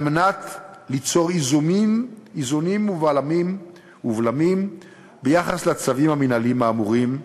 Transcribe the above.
כדי ליצור איזונים ובלמים ביחס לצווים המינהליים האמורים,